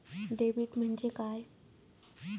Debit म्हणजे काय?